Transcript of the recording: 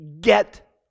get